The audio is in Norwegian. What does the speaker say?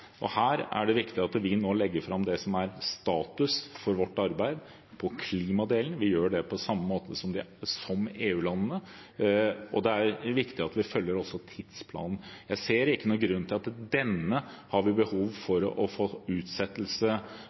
Her er det viktig at vi nå legger fram status for vårt arbeid når det gjelder klimadelen. Vi gjør det på samme måte som EU-landene, og det er viktig at vi også følger tidsplanen. Jeg ser ingen grunn til at vi skal ha behov for å få utsettelse